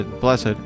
blessed